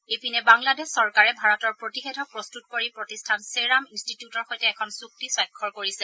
ইপিনে বাংলাদেশ চৰকাৰে ভাৰতৰ প্ৰতিষেধক প্ৰস্ততকাৰী প্ৰতিষ্ঠান ছেৰাম ইনষ্টিটিউটৰ সৈতে এখন চুক্তি স্বাক্ষৰ কৰিছে